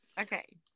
Okay